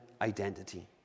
identity